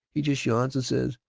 he just yawns and says,